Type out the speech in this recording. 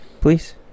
Please